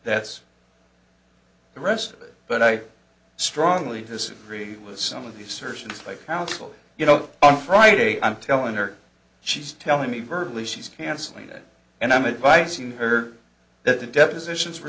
that's the rest of it but i strongly disagree with some of the searches by counsel you know on friday i'm telling her she's telling me virtually she's canceling and i'm advice in her that the depositions were